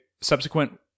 subsequent